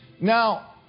Now